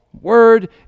word